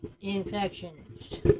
infections